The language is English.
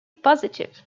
positive